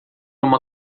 uma